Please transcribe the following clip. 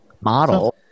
model